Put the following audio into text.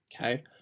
Okay